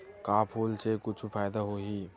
का फूल से कुछु फ़ायदा होही?